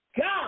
God